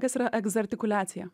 kas yra egzartikuliacija